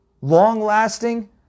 long-lasting